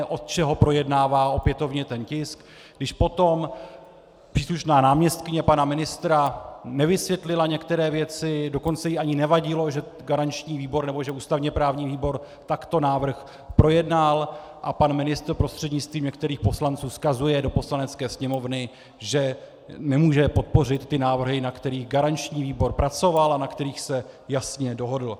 Od čeho projednává opětovně ten tisk, když potom příslušná náměstkyně pana ministra nevysvětlila některé věci, dokonce jí ani nevadilo, že garanční výbor, nebo že ústavněprávní výbor takto návrh projednal, a pan ministr prostřednictvím některých poslanců vzkazuje do Poslanecké sněmovny, že nemůže podpořit ty návrhy, na kterých garanční výbor pracoval a na kterých se jasně dohodl.